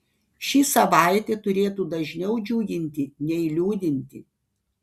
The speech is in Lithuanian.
ši savaitė turėtų dažniau džiuginti nei liūdinti